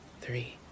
three